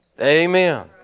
Amen